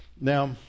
Now